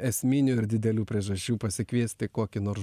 esminių ir didelių priežasčių pasikviesti kokį nors